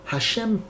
Hashem